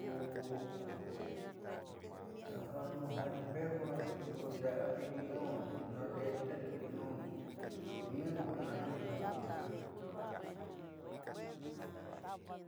Ko jiaa ka'ando ja espeju tiuku ndeeando ku nuundo naadeetendo ku nuundo jiaa ku ja naandi'i espeju.